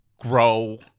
grow